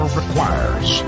requires